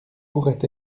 pourrait